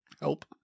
Help